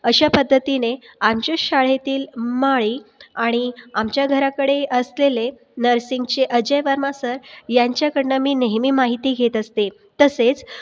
अशा पद्धतीने आमच्या शाळेतील माळी आणि आमच्या घराकडे असलेले नर्सिंगचे अजय वर्मा सर यांच्याकडनं मी नेहमी माहिती घेत असते तसेच